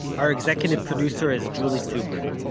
our executive producer is julie subrin.